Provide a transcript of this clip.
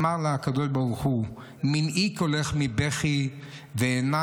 אמר לה הקדוש ברוך הוא: "מנעי קולך מבכי ועיניך